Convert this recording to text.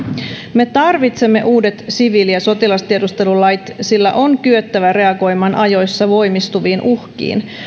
me tarvitsemme uudet siviili ja sotilastiedustelulait sillä on kyettävä reagoimaan ajoissa voimistuviin uhkiin